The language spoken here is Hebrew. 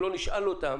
אם לא נשאל אותם